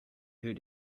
hur